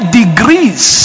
degrees